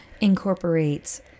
incorporates